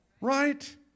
Right